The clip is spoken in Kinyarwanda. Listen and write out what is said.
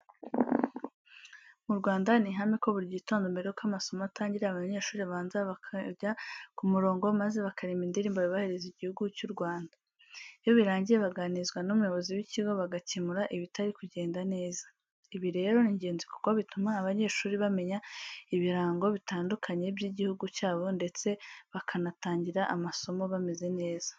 Mu Rwanda ni ihame ko buri gitondo mbere yuko amasomo atangira, abanyeshuri babanza bakanja ku mirongo maze bakaririmba indirimbo yubahiriza Igihugu cy'u Rwanda. Iyo birangiye baganirizwa n'umuyobozi w'ikigo, bagakemura ibitari kugenda neza. Ibi rero ni ingenzi kuko bituma abanyeshuri bamenya ibirango bitandukanye by'Igihugu cyabo ndetse bakanatangira amasomo bameze neza.